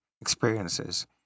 experiences